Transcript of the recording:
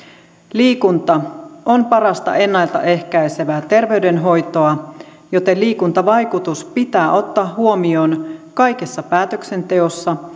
liikunta on parasta ennalta ehkäisevää terveydenhoitoa joten liikuntavaikutus pitää ottaa huomioon kaikessa päätöksenteossa